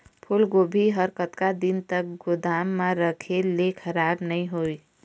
फूलगोभी हर कतका दिन तक गोदाम म रखे ले खराब नई होय?